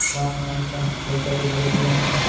का नान कन लइका के घलो बीमा होथे?